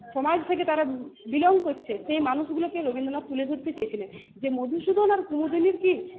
সমাজ থেকে তারা বিলং করছে সেই মানুষগুলোকে রবীন্দ্রনাথ তুলে ধরতে চেয়েছিলেন যে মধুসূদন আর কুমোদিনির কিী